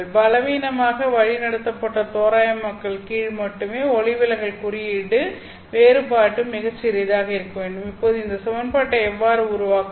பலவீனமாக வழிநடத்தப்பட்ட தோராயமாக்கல் கீழ் மட்டுமே ஒளிவிலகல் குறியீட்டு வேறுபாடு மிகச் சிறியதாக இருக்க வேண்டும் இப்போது இந்த சமன்பாட்டை எவ்வாறு உருவாக்குவது